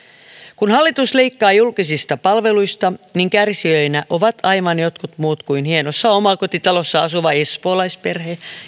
kun hallitus leikkaa julkisista palveluista kärsijöinä ovat aivan jotkut muut kuin hienossa omakotitalossa asuva espoolaisperhe